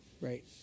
right